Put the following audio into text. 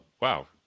wow